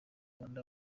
rwanda